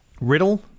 riddle